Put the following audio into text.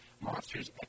Monsters